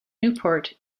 newport